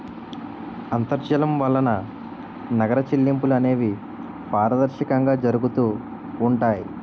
అంతర్జాలం వలన నగర చెల్లింపులు అనేవి పారదర్శకంగా జరుగుతూ ఉంటాయి